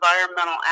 environmental